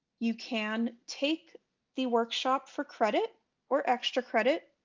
you can take the workshop for credit or extra credit,